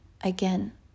Again